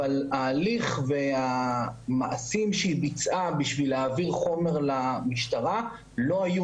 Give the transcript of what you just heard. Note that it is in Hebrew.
אבל ההליך והמעשים שהיא ביצעה בשביל להעביר חומר למשטרה לא היו